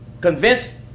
convinced